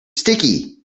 sticky